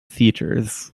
theatres